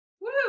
Woo